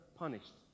Punished